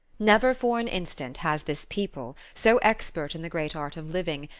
never for an instant has this people, so expert in the great art of living,